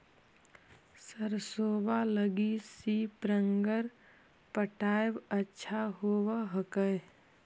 सरसोबा लगी स्प्रिंगर पटाय अच्छा होबै हकैय?